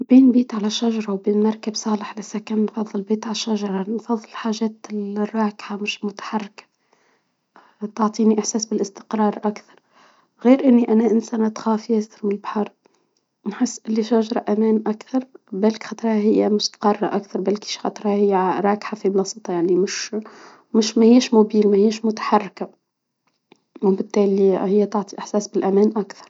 بين بيت على شجرة وبين مركب صالح بس كان بابا البيت عالشجرة الحاجات الراكحة مش متحركة. تعطيني احساس بالاستقرار اكثر. غير اني انا انسانة تخاف من البحر. نحس باللي شاجرة امان اكثر. بالك خطرة هي مش قارة اكثر بلكيش خطرة هي راكحة في يعني مش مش ما هياش موبيل ما هياش متحركة. وبالتالي هي تعطي الاحساس بالامان اكتر